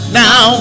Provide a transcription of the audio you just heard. now